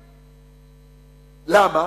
למה?